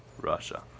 Russia